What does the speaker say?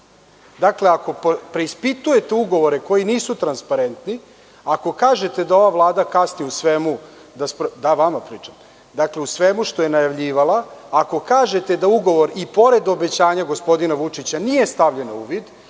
Dakle, ako preispitujete ugovore koji nisu transparentni, ako kažete da ova Vlada kasni u svemu što je najavljivala, ako kažete da ugovor i pored obećanja gospodina Vučića nije stavljen na uvid,